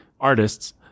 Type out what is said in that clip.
artists